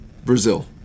Brazil